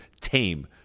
tame